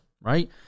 Right